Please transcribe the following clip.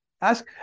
Ask